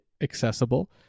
accessible